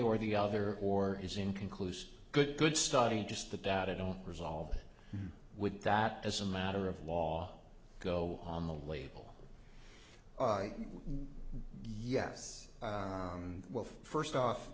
or the other or is inconclusive good good study just the data don't resolve with that as a matter of law go on the label yes well first off